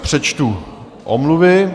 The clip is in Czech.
Přečtu omluvy.